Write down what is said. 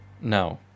No